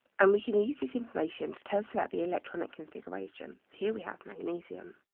and we can use this information to tell us about the electronic configuration. here, we have magnesium.